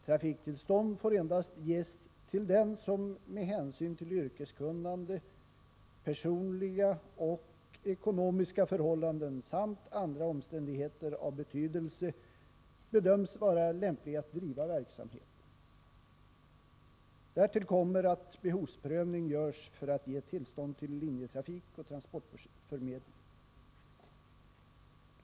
Trafiktillstånd får endast ges till den som med hänsyn till yrkeskunnande, personliga och ekonomiska förhållanden samt andra omständigheter av betydelse bedöms vara lämplig att driva verksamheten. Därtill kommer att behovsprövning görs för att ge tillstånd till linjetrafik och transportförmedling.